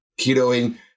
ketoing